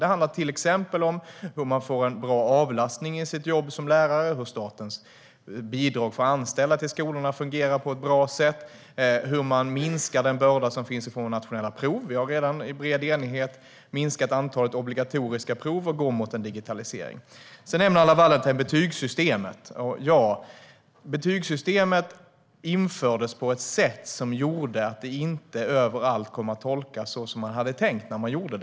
Det handlar till exempel om hur man får en bra avlastning i sitt jobb som lärare, hur statens bidrag för anställda på skolorna fungerar på ett bra sätt och hur man minskar den börda som finns i form av nationella prov. Vi har redan i bred enighet minskat antalet obligatoriska prov och går mot en digitalisering. Anna Wallentheim nämnde betygssystemet. Ja, det infördes på ett sätt som gjorde att det inte överallt kom att tolkas så som det var tänkt när det gjordes.